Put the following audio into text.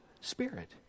Spirit